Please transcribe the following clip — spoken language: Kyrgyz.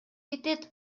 кетет